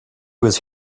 was